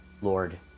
lord